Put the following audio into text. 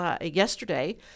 yesterday